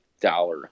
dollar